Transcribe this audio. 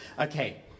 Okay